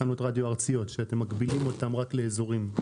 תכנות רדיו ארציות שאתם מגבילים אותן רק לאזורים?